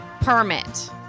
permit